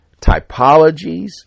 typologies